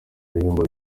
ibihembo